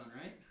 right